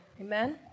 Amen